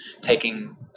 taking –